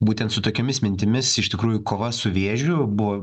būtent su tokiomis mintimis iš tikrųjų kova su vėžiu buvo